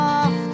off